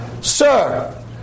Sir